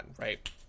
right